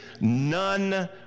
none